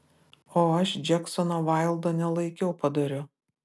o aš džeksono vaildo nelaikiau padoriu